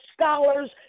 scholars